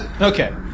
Okay